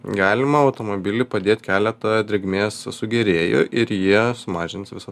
galima automobily padėt keletą drėgmės sugėrėjų ir jie sumažins visą